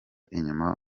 inyuma